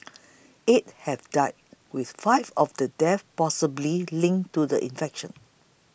eight have died with five of the deaths possibly linked to the infection